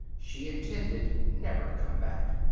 she intended never to come back.